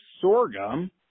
sorghum